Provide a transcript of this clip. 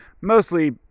Mostly